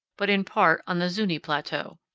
but in part on the zuni plateau.